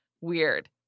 weird